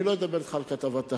אני לא אדבר אתך על כתבת תחקיר